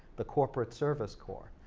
the corporate service corp.